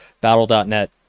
battle.net